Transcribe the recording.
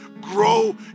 grow